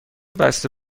بسته